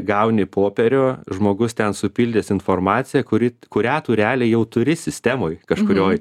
gauni popierių žmogus ten supildęs informaciją kuri kurią tu realiai jau turi sistemoj kažkurioj